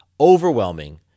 overwhelming